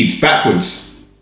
backwards